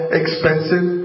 expensive